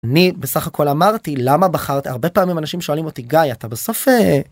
אני בסך הכל אמרתי למה בחרת הרבה פעמים אנשים שואלים אותי גיא אתה בסוף אה. .